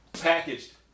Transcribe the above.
packaged